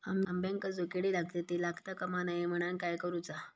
अंब्यांका जो किडे लागतत ते लागता कमा नये म्हनाण काय करूचा?